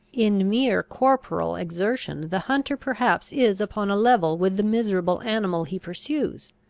in mere corporal exertion the hunter perhaps is upon a level with the miserable animal he pursues!